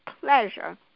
pleasure